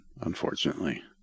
Unfortunately